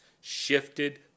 Shifted